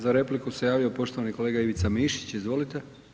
Za repliku se javio poštovani kolega Ivica Mišić, izvolite.